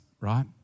right